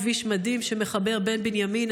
כביש מדהים שמחבר את בנימין,